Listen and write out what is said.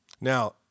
Now